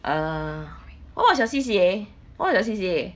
err what was your C_C_A what's your C_C_A